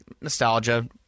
Nostalgia